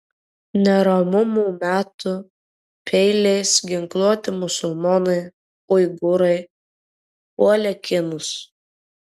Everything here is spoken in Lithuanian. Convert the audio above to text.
neramumų metu peiliais ginkluoti musulmonai uigūrai puolė kinus